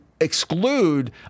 exclude